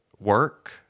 work